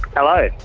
hello.